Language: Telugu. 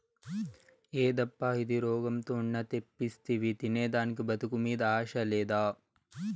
యేదప్పా ఇది, రోగంతో ఉన్న తెప్పిస్తివి తినేదానికి బతుకు మీద ఆశ లేదా